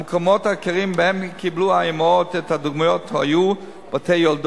המקומות העיקריים שבהם קיבלו האמהות את הדוגמיות היו בתי-יולדות,